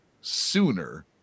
sooner